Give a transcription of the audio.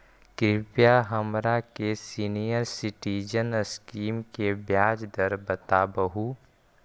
कृपा हमरा के सीनियर सिटीजन स्कीम के ब्याज दर बतावहुं